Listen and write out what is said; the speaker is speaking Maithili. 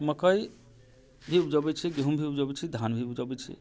मक्कइ भी उपजबै छी गेहूँ भी उपजबै छी धान भी उपजबै छी